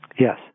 Yes